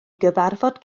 gyfarfod